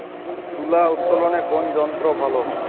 তুলা উত্তোলনে কোন যন্ত্র ভালো?